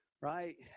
right